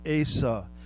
Asa